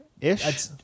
ish